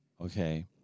okay